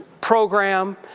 program